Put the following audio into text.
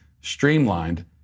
streamlined